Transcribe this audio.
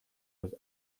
was